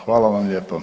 Hvala vam lijepo.